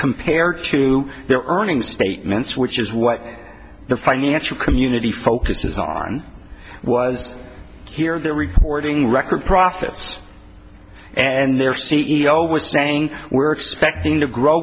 compared to their earnings statements which is what the financial community focuses on was here they're reporting record profits and their c e o was saying we're expecting to grow